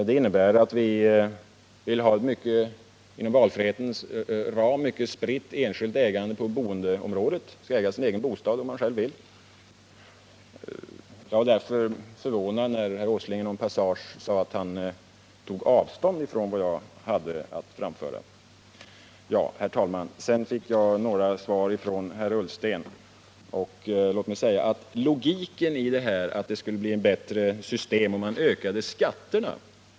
Det innebär att vi vill inom valfrihetens ram ha ett mycket spritt enskilt ägande på boendeområdet — man skall äga sin bostad, om man själv vill. Jag blev därför förvånad när herr Åsling i en passage sade att han tog avstånd från vad jag hade att framföra. Herr talman! Sedan fick jag några svar från herr Ullsten. Låt mig säga att jag inte förstår logiken i detta att det skulle bli ett bättre system om man ökade skatterna.